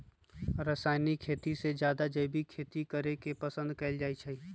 रासायनिक खेती से जादे जैविक खेती करे के पसंद कएल जाई छई